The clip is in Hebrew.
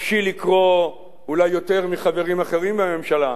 חופשי לקרוא, אולי יותר מחברים אחרים בממשלה,